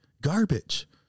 garbage